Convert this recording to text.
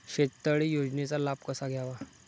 शेततळे योजनेचा लाभ कसा घ्यावा?